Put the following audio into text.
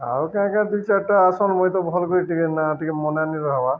ଆଉ କାଁ କକା ଦୁଇ ଚାରିଟା ଆସନ୍ ମୁଇ ତ ଭଲ୍ କରି ଟିକେ ନା ଟିକେ ମନା ନିି ରହ ହବା